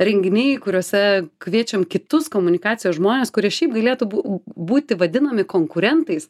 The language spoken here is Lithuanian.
renginiai kuriuose kviečiam kitus komunikacijos žmonės kurie šiaip galėtų bū būti vadinami konkurentais